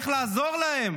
איך לעזור להם.